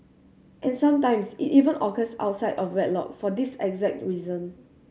and sometimes it even occurs outside of wedlock for this exact reason